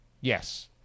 Yes